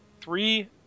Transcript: three